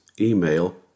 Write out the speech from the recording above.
email